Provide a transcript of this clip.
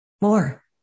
More